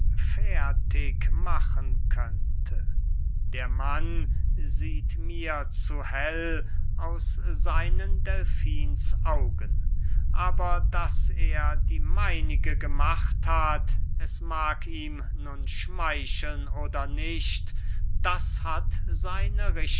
mich hoffärtig machen könnte der mann sieht mir zu hell aus seinen delfinsaugen aber daß er die meinige gemacht hat es mag ihm nun schmeicheln oder nicht das hat seine